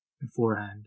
beforehand